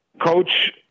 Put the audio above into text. coach